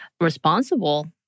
responsible